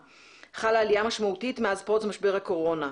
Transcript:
חלה עלייה משמעותית מאז פרוץ משבר הקורונה,